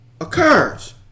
occurs